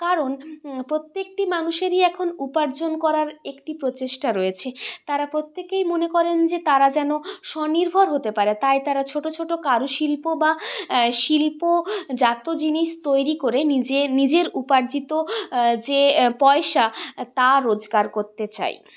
কারণ প্রত্যেকটি মানুষেরই এখন উপার্জন করার একটি প্রচেষ্টা রয়েছে তারা প্রত্যেকেই মনে করেন যে তারা যেন স্বনির্ভর হতে পারে তাই তারা ছোটো ছোটো কারুশিল্প বা শিল্পজাত জিনিস তৈরি করে নিজের নিজের উপার্জিত যে পয়সা তা রোজগার করতে চায়